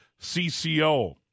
CCO